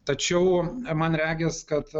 tačiau man regis kad